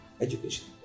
education